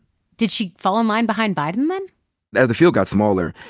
did she fall in line behind biden then? as the field got smaller,